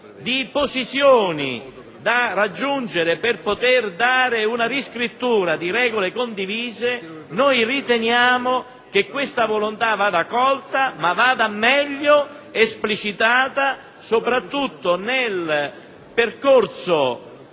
di posizioni da raggiungere per una riscrittura di regole condivise, riteniamo che questa volontà vada colta, ma meglio esplicitata, soprattutto nel percorso